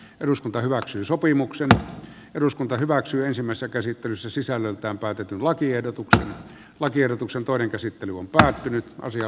eduskunta hyväksyy sopimuksen eduskunta hyväksyy ensimmäistä käsittelyssä sisällöltään päätetyn lakiehdotuksen lakiehdotuksen toinen käsittely on päättynyt ja